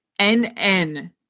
NN